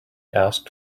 asked